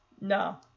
no